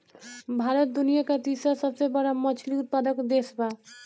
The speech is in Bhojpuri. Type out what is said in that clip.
भारत दुनिया का तीसरा सबसे बड़ा मछली उत्पादक देश बा